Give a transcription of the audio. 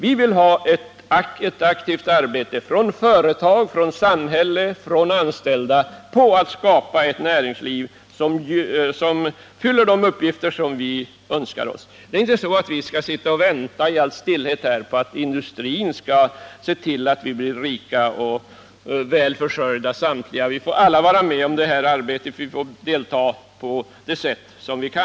Vi vill ha ett aktivt arbete från företag, samhälle och anställda för att skapa ett näringsliv som fyller de uppgifter som vi önskar oss. Vi skall inte sitta och vänta i all stillhet på att industrin skall se till att vi samtliga blir rika och väl försörjda. Vi får alla vara med i detta arbete och delta på det sätt som vi kan.